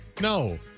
No